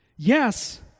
Yes